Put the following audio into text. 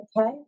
okay